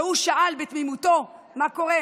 והוא שאל בתמימותו: מה קורה,